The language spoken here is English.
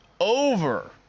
over